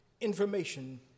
information